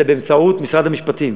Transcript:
אלא באמצעות משרד המשפטים.